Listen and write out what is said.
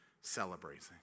celebrating